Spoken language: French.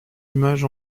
images